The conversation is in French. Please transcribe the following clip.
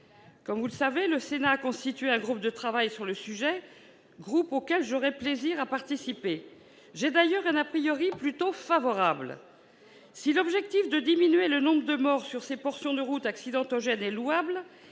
Comme vous le savez, le Sénat a constitué un groupe de travail sur le sujet, groupe auquel j'aurai plaisir à participer. J'ai d'ailleurs un plutôt favorable sur cette mesure. Si l'objectif de diminuer le nombre de morts sur ces portions de routes accidentogènes est louable,